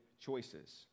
choices